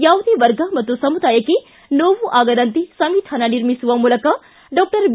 ಯಾವುದೇ ವರ್ಗ ಮತ್ನು ಸಮುದಾಯಕ್ಕೆ ನೋವು ಆಗದಂತೆ ಸಂವಿಧಾನ ನಿರ್ಮಿಸುವ ಮೂಲಕ ಬಿ